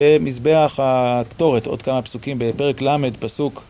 במזבח הקטורת עוד כמה פסוקים בפרק למד פסוק